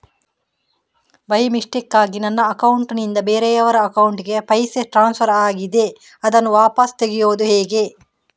By ಮಿಸ್ಟೇಕಾಗಿ ನನ್ನ account ನಿಂದ ಬೇರೆಯವರ ಅಕೌಂಟ್ ಗೆ ಪೈಸೆ ಟ್ರಾನ್ಸ್ಫರ್ ಆಗಿದೆ ಅದನ್ನು ವಾಪಸ್ ತೆಗೆಯೂದು ಹೇಗೆ?